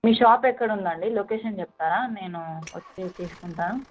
మీ shop ఎక్కడ ఉందండి location చెప్తారా నేను వచ్చి తీసుకుంటాను